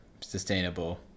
sustainable